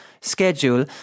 schedule